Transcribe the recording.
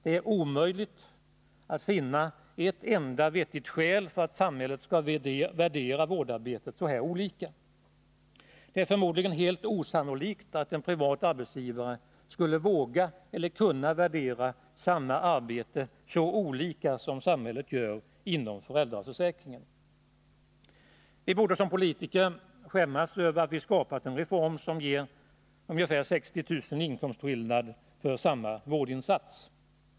Det är omöjligt att finna ett enda vettigt skäl till att samhället värderar vårdarbete så olika. Det är förmodligen helt osannolikt att en privat arbetsgivare skulle våga eller kunna värdera samma arbete så olika som samhället gör inom föräldraförsäkringen. Som politiker borde vi skämmas över att vi skapat en reform som ger en inkomstskillnad på ungefär 60 000 kr. för samma vårdinsats.